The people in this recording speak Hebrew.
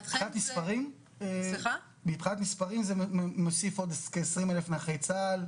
מבחינת מספרים, זה מוסיף עוד כ-30 אלף נכי צה"ל,